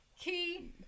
key